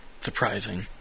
surprising